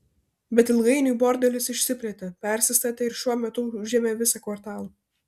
bet ilgainiui bordelis išsiplėtė persistatė ir šiuo metu užėmė visą kvartalą